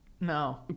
no